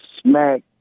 smack